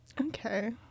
Okay